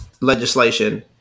legislation